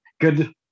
Good